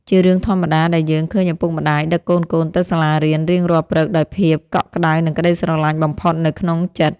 ជារឿងធម្មតាដែលយើងឃើញឪពុកម្តាយដឹកកូនៗទៅសាលារៀនរៀងរាល់ព្រឹកដោយភាពកក់ក្តៅនិងក្ដីស្រឡាញ់បំផុតនៅក្នុងចិត្ត។